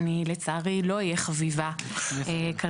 אני, לצערי לא אהיה חביבה כרגע.